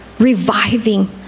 reviving